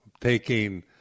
taking